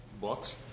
books